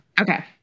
Okay